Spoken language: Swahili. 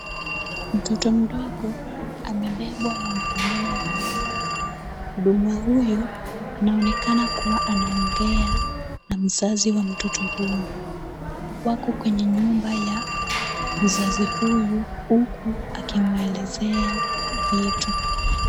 Mtoto mdogo amebebwa na mhudumu wa afya, mhudumu huyu anaonekana kuwa anaongea na mzazi wa mtoto huyu. Wako kwenye nyumba ya mzazi huyu huku akimwelezea vitu.